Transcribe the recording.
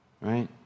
right